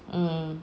mm